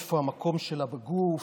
איפה המקום שלה בגוף?